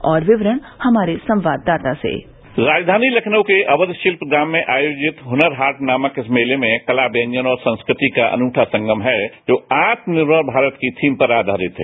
और विक्रण हमारे संवाददाता से राज्यानी लखनऊ के अवध शिल्पग्राम में आयोजित हनर हाट नामक इस मेले में कला व्यंजन और संस्कृति का अनूठा संगम है जो आत्मनिर्मर भारत की थीम पर आयारित है